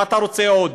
מה אתה רוצה עוד?